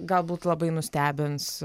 galbūt labai nustebins